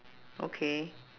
okay